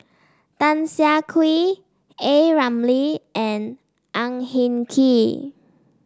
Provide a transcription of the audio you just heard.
Tan Siah Kwee A Ramli and Ang Hin Kee